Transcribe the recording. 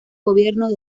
gobierno